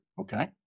okay